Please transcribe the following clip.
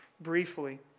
briefly